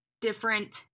different